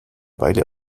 weile